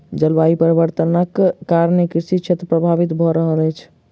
जलवायु परिवर्तनक कारणेँ कृषि क्षेत्र प्रभावित भअ रहल अछि